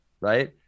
right